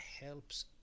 helps